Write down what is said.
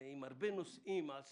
עם הרבה נושאים על סדר-היום,